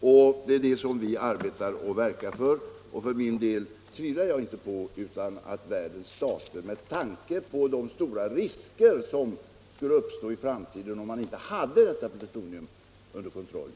För min del tvivlar jag inte på att världens stater kommer att tvingas att skaffa fram en sådan kontroll, med tanke på de stora risker som uppstår om man inte har detta plutonium under kontroll.